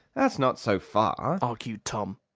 that's not so far, argued tom.